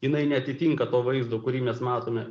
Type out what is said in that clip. jinai neatitinka to vaizdo kurį mes matome